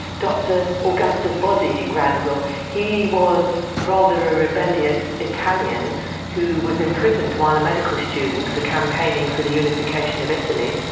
dr augustus bozzy granville, he was rather a rebellious italian who was imprisoned while a medical student for campaigning for the unification of italy.